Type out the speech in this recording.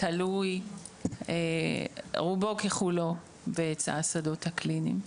תלוי רובו ככולו בשדות הקליניים.